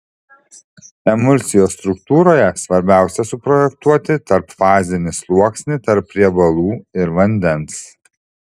emulsijos struktūroje svarbiausia suprojektuoti tarpfazinį sluoksnį tarp riebalų ir vandens